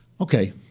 Okay